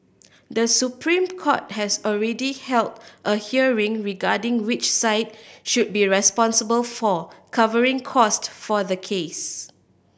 The Supreme Court has already held a hearing regarding which side should be responsible for covering cost for the case